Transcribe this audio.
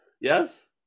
Yes